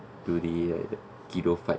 to the kiddo fight